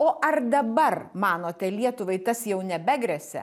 o ar dabar manote lietuvai tas jau nebegresia